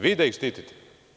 Vi da ih štitite?